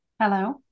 hello